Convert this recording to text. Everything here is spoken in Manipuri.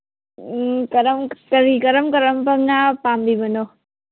ꯎꯝ ꯀꯔꯝ ꯀꯔꯝꯕ ꯉꯥ ꯄꯥꯝꯕꯤꯕꯅꯣ